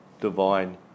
divine